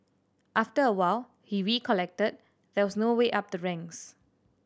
after a while he recollected there was no way up the ranks